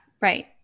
Right